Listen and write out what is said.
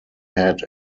head